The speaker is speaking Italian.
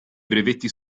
brevetti